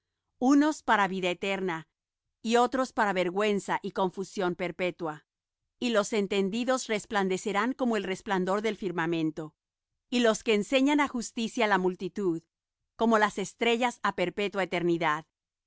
unos para vida eterna y otros para vergüenza y confusión perpetua y los entendidos resplandecerán como el resplandor del firmamento y los que enseñan á justicia la multitud como las estrellas á perpetua eternidad